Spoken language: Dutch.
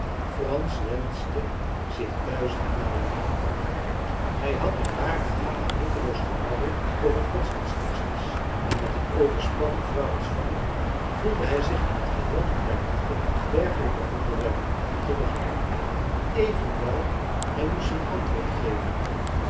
frans wenschte zich duizend mijlen van daar hij had een waren haat aan nutteloos gebabbel over godsdienstquaesties en met een overspannen vrouw als fanny voelde hij zich in t geheel niet bij machte dergelijke onderwerpen te behandelen evenwel hij moest een antwoord geven